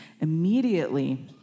immediately